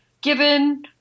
given